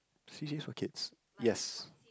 C_C_As for kids yes